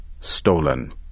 stolen